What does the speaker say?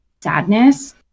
sadness